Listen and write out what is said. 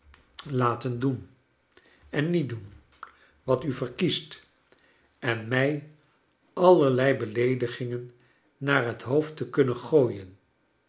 laten doen en niet doen wat u verkiest en mij allerlei beleedigingen naar het hoofd te kunnen gooien